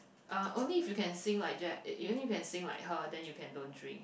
uh only if you can sing like Ja~ only if you can sing like her then you can don't drink